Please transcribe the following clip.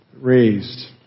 raised